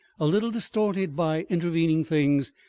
a little distorted by intervening things,